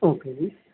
okay ਜੀ